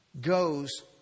goes